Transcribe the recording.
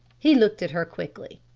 he looked at her quickly.